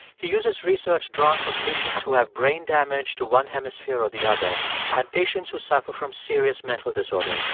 he uses research drawn from patients who have brain damage to one hemisphere or the other and patients who suffer from serious mental disorders